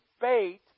bait